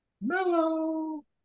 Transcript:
Mellow